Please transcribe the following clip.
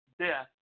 death